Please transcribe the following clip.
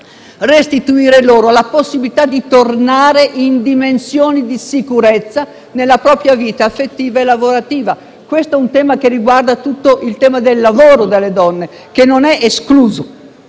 dare loro la possibilità di tornare in dimensioni di sicurezza nella propria vita affettiva e lavorativa. Questo aspetto riguarda il tema del lavoro delle donne, che non è escluso